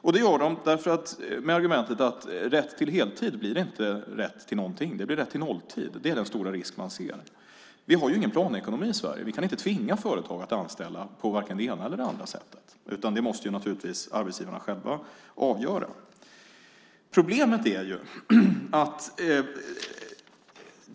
Och det gör de med argumentet att rätt till heltid inte blir rätt till någonting. Det blir rätt till nolltid. Det är den stora risk man ser. Vi har ju ingen planekonomi i Sverige. Vi kan inte tvinga företag att anställa på varken det ena eller andra sättet, utan det måste naturligtvis arbetsgivarna själva avgöra.